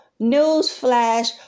newsflash